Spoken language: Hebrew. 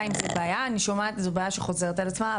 אני שומעת שזו בעיה שחוזרת על עצמה,